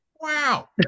Wow